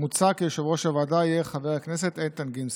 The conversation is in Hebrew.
מוצע כי יושב-ראש הוועדה יהיה חבר הכנסת איתן גינזבורג.